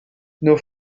nos